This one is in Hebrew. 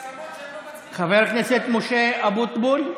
חבר הכנסת משה אבוטבול.